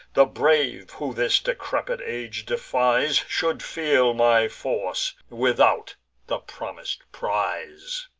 the brave, who this decrepid age defies, should feel my force, without the promis'd prize.